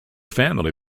family